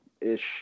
ish